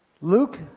Luke